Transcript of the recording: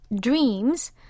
Dreams